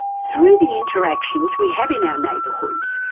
through the interactions we have in our neighbourhoods,